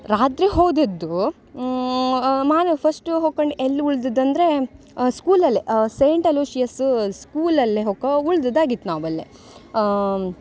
ರಾತ್ರಿ ಹೋದದ್ದು ಮಾನು ಫಶ್ಟು ಹೋಕಂಡು ಎಲ್ಲಿ ಉಳ್ದದ್ದು ಅಂದರೆ ಸ್ಕೂಲಲ್ಲೇ ಸೇಂಟ್ ಅಲೂಶಿಯಸ್ ಸ್ಕೂಲಲ್ಲೇ ಹೋಕ ಉಳ್ದದ್ದಾಗಿತ್ತು ನಾವಲ್ಲಿ ಆಂ